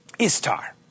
Istar